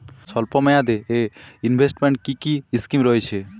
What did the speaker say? স্বল্পমেয়াদে এ ইনভেস্টমেন্ট কি কী স্কীম রয়েছে?